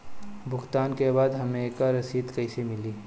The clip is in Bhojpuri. भुगतान के बाद हमके रसीद कईसे मिली?